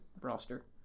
roster